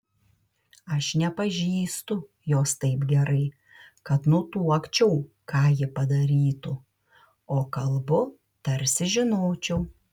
aš nepažįstu jos taip gerai kad nutuokčiau ką ji padarytų o kalbu tarsi žinočiau